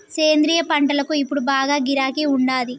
సేంద్రియ పంటలకు ఇప్పుడు బాగా గిరాకీ ఉండాది